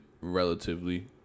relatively